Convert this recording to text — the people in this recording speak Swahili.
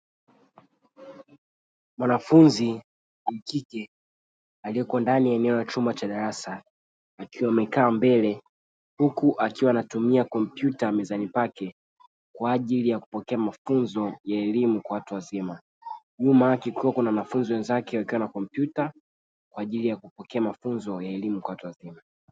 Mwanafunzi wa kike aliyeko ndani ya eneo la chumba cha darasa, akiwa amekaa mbele huku akiwa anatumia kompyuta mezani pake kwa ajili ya kupokea mafunzo ya elimu kwa watu wazima, nyuma yake kukiwa na wanafunzi wenzake wakiwa na kompyuta kwa ajili ya kupokea mafunzo ya elimu kwa watu wazima.